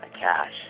cash